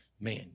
man